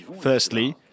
Firstly